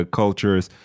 cultures